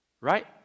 right